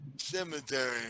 cemetery